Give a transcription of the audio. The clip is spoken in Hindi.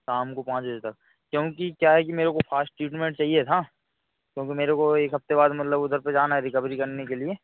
शाम को पाँच बजे तक क्योंकि क्या है कि मेरे को फास्ट ट्रीटमेन्ट चाहिए था क्योंकि मेरे को एक हफ्ते बाद मतलब उधर पर जाना है रिकवरी करने के लिए